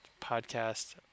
podcast